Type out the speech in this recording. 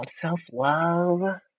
self-love